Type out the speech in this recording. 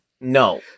No